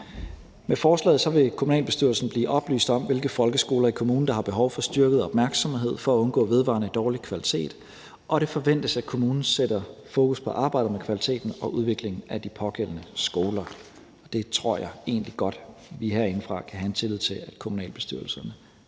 Med forslaget vil kommunalbestyrelsen blive oplyst om, hvilke folkeskoler i kommunen der har behov for styrket opmærksomhed for at undgå vedvarende dårlig kvalitet, og det forventes, at kommunen sætter fokus på arbejdet med kvaliteten og udviklingen af de pågældende skoler. Jeg tror egentlig godt, vi herindefra kan have en tillid til, at kommunalbestyrelserne